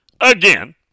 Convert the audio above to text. again